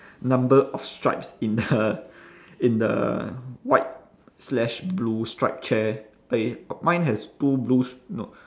number of stripes in the in the white slash blue stripe chair eh mine has two blue str~ no